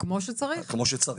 כמו שצריך.